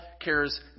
cares